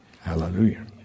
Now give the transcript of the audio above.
Hallelujah